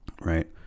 right